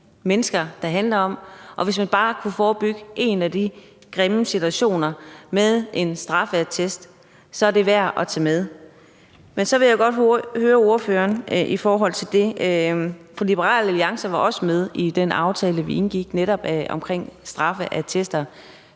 mennesker, og hvis man kunne forebygge bare én af de grimme situationer med en straffeattest, er det værd at tage med. Men så vil jeg godt høre ordføreren i forhold til den aftale, vi indgik, for den var Liberal Alliance også med i, netop omkring straffeattester